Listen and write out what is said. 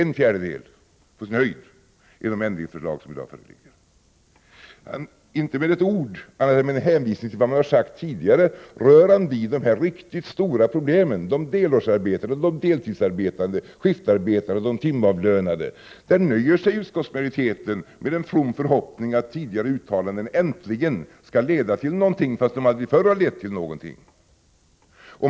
En fjärdedel på sin höjd av problemet gäller de ändringsförslag som i dag föreligger. Inte med ett ord annat än med hänvisning till vad man tidigare sagt rörde Börje Nilsson vid de riktigt stora problemen för de delårsarbetande, de deltidsarbetande, de skiftarbetande och de timavlönade. Där nöjer sig utskottsmajoriteten med en from förhoppning om att tidigare uttalanden äntligen skall leda till någonting, fastän de aldrig förr har lett till någonting.